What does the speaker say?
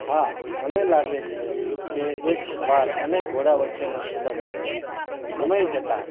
હા મને લાગે છે કે એક સવાર અને ઘોડા વચ્ચેનો સંબંધ સમય જતાં